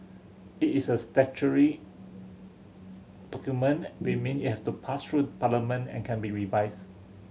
it is a statutory document we mean it has to pass through Parliament and can be revised